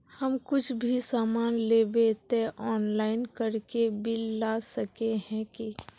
हम कुछ भी सामान लेबे ते ऑनलाइन करके बिल ला सके है की?